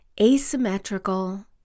asymmetrical